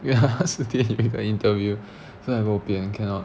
因为她十点有一个 interview so like bo pian cannot